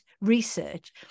research